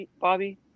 Bobby